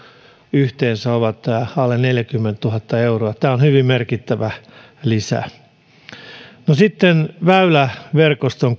yhteensä ovat alle neljäkymmentätuhatta euroa tämä on on hyvin merkittävä lisä sitten väyläverkoston